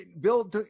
Bill